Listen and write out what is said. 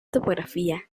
topografía